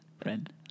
friend